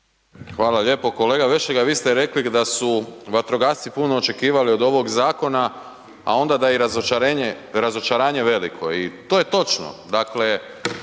Hvala lijepo. Kolega Vešligaj, vi ste rekli da su vatrogasci puno očekivali od ovog zakona a onda da je i razočaranje veliko i to je točno.